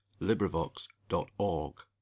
LibriVox.org